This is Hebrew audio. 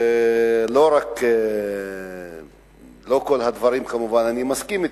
לא לכל הדברים אני כמובן מסכים,